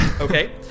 Okay